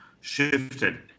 shifted